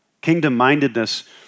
Kingdom-mindedness